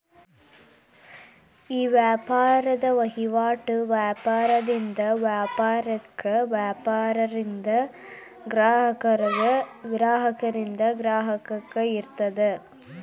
ಈ ವ್ಯಾಪಾರದ್ ವಹಿವಾಟು ವ್ಯಾಪಾರದಿಂದ ವ್ಯಾಪಾರಕ್ಕ, ವ್ಯಾಪಾರದಿಂದ ಗ್ರಾಹಕಗ, ಗ್ರಾಹಕರಿಂದ ಗ್ರಾಹಕಗ ಇರ್ತದ